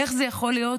איך זה יכול להיות